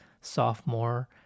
sophomore